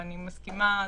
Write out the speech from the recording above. ואני מסכימה,